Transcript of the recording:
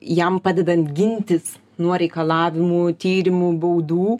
jam padedant gintis nuo reikalavimų tyrimų baudų